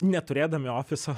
neturėdami ofiso